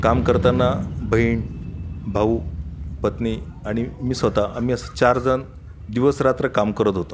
काम करताना बहीण भाऊ पत्नी आणि मी स्वतः आम्ही असं चार जण दिवसरात्र काम करत होतो